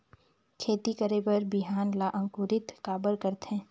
खेती करे बर बिहान ला अंकुरित काबर करथे?